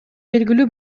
белгилүү